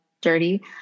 dirty